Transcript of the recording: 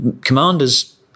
Commanders